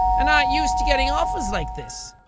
and aren't used to getting offers like this.